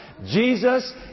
Jesus